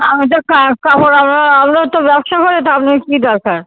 আমি তো কাপড়ওলার ওলার তো ব্যবসা করি তা আপনার কী দরকার